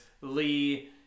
Lee